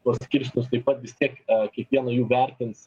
paskirstytos taip pat vis tiek kiekvieną jų vertins